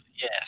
Yes